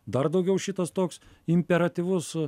dar daugiau šitas toks imperatyvus